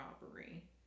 robbery